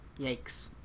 Yikes